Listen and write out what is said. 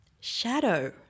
shadow